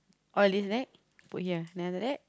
put here then after that